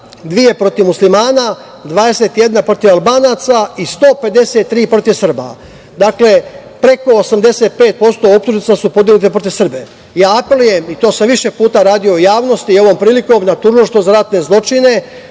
protiv muslimana, 21 protiv Albanaca i 153 protiv Srba. Dakle, preko 85% optužnica su podignute protiv Srba. Apelujem, i to sam više puta radio u javnosti, ovom prilikom na Tužilaštvo za ratne zločine